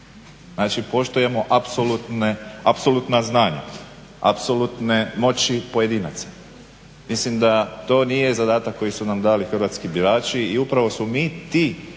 Znači poštujemo apsolutna znanja, apsolutne moći pojedinaca. Mislim da to nije zadatak koji su nam dali hrvatski birači i upravo smo mi ti